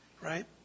right